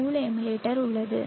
மூல எமுலேட்டர் உள்ளது